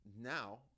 now